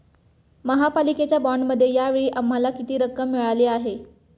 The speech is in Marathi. महापालिकेच्या बाँडमध्ये या वेळी आम्हाला किती रक्कम मिळाली आहे?